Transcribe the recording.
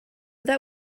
that